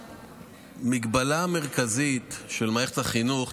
המגבלה המרכזית של מערכת החינוך,